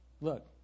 Look